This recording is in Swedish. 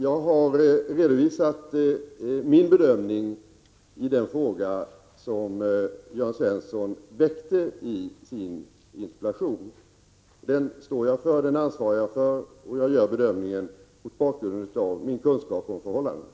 Jag har redovisat min bedömning i den fråga som Jörn Svensson väckte i sin interpellation. Jag gör bedömningen mot bakgrund av min kunskap om förhållandena.